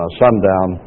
sundown